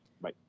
Bye